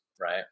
right